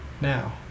now